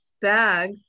bag